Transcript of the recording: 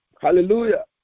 Hallelujah